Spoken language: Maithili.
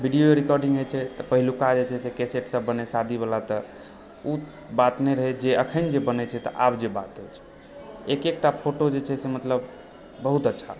वीडियो रिकॉर्डिंग जे छै तऽ पहुलका जे छै कैसेट्ससब बनै शादीवला सब तऽ औ बात नहि रहै जे एखन जे बनै छै तऽ आब जे बनैत अछि एक एकटा फोटो जे छै से मतलब बहुत अच्छा